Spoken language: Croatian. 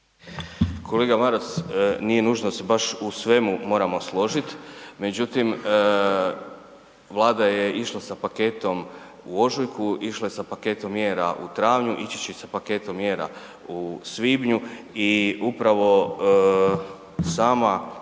Kolega Maras, nije nužno da se baš u svemu moramo složiti, međutim, Vlada je išla sa paketom u ožujku, išla je sa paketom mjera u travnju, ići će sa paketom mjera u svibnju i upravo sama